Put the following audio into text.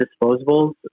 disposables